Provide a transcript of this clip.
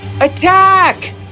Attack